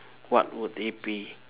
what would they be